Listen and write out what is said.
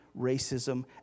racism